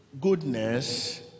goodness